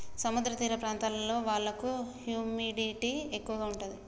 సముద్ర తీర ప్రాంతాల వాళ్లకు హ్యూమిడిటీ ఎక్కువ ఉంటది